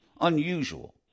unusual